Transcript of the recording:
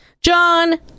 john